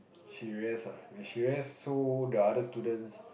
she rest ah when she rest so the other students